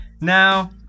Now